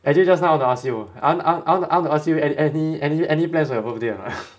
actually just now I want to ask you I want I want I want to ask you a~ any any plans for your birthday or not